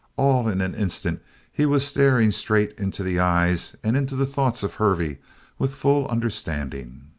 all in an instant he was staring straight into the eyes and into the thoughts of hervey with full understanding.